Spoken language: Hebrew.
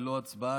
ללא הצבעה,